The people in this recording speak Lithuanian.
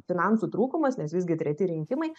finansų trūkumas nes visgi treti rinkimai